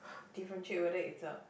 differentiate whether is a